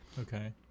okay